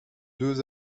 deux